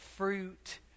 Fruit